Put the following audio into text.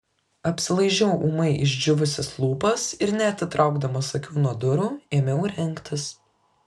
apsilaižiau ūmai išdžiūvusias lūpas ir neatitraukdamas akių nuo durų ėmiau rengtis